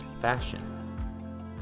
fashion